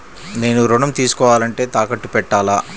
నేను ఋణం తీసుకోవాలంటే తాకట్టు పెట్టాలా?